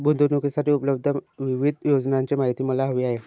गुंतवणूकीसाठी उपलब्ध विविध योजनांची माहिती मला हवी आहे